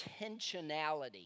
intentionality